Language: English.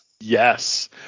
Yes